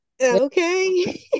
Okay